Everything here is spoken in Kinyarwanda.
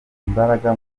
imbaraga